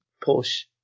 push